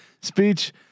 Speech